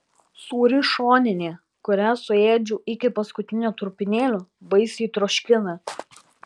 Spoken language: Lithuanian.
sūri šoninė kurią suėdžiau iki paskutinio trupinėlio baisiai troškina